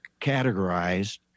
categorized